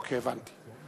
אוקיי, הבנתי.